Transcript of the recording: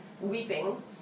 weeping